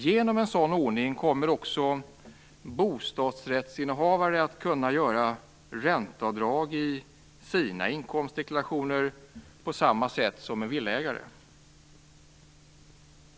Genom en sådan ordning kommer bostadsrättsinnehavare att kunna göra ränteavdrag i sina inkomstdeklarationer på samma sätt som villaägare.